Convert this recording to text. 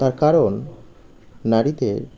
তার কারণ নারীদের